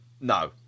No